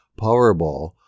Powerball